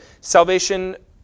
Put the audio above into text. salvation